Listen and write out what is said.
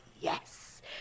yes